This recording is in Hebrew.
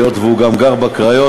היות שהוא גם גר בקריות,